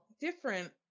Different